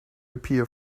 appear